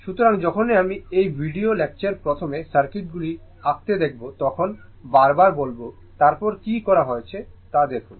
সুতরাং যখনই আমি এই ভিডিও লেকচার প্রথমে সার্কিটগুলি আঁকতে দেখব তখন বারবার বলব তারপর কী করা হয়েছে তা দেখুন